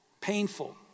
painful